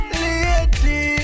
lady